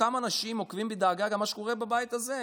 אותם אנשים עוקבים בדאגה גם אחרי מה שקורה בבית הזה,